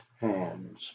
hands